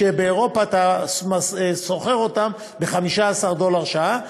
כשבאירופה אתה שוכר אותם ב-15 דולר לשעה,